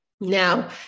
Now